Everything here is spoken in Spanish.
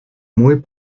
muy